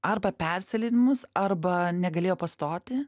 arba persileidimus arba negalėjo pastoti